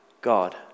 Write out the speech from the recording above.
God